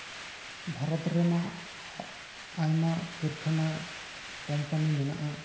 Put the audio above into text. ᱵᱷᱟᱨᱚᱛ ᱨᱮᱢᱟ ᱟᱭᱢᱟ ᱠᱟᱹᱨᱠᱷᱟᱱᱟ ᱠᱳᱢᱯᱟᱱᱤ ᱢᱮᱱᱟᱜᱼᱟ